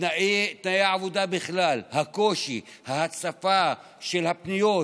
תנאי העבודה בכלל, הקושי, ההצפה של הפניות,